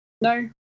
no